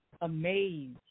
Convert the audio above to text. amazed